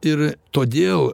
ir todėl